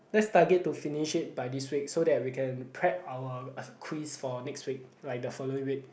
let's target to finish it by this week so that we can prep our quiz for next week like the following week